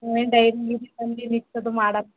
ಒಮ್ಮೆ ಡೈರಿ ಗಿರಿ ತಂದಿಲ್ಲಿ ಇಟ್ಟೋದು ಮಾಡಾ